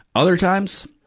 other times,